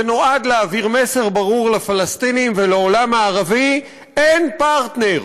זה נועד להעביר מסר ברור לפלסטינים ולעולם הערבי: אין פרטנר.